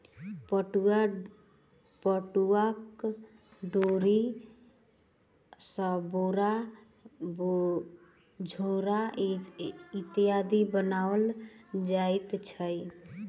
पटुआक डोरी सॅ बोरा झोरा इत्यादि बनाओल जाइत अछि